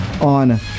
on